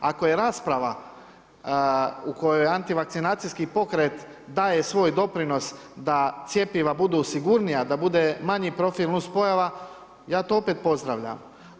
Ako je rasprava u kojoj antivakcinacijski pokret, daje svoj doprinos da cjepiva bude sigurnija, da bude manje profil nuspojava, ja to opet pozdravljam.